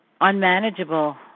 unmanageable